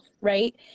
right